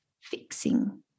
fixing